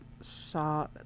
saw